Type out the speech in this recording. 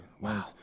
wow